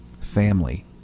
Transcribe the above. family